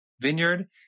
vineyard